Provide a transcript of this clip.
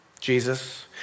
Jesus